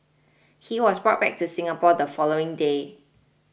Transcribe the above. he was brought back to Singapore the following day